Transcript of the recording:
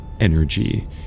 energy